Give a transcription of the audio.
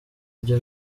ujye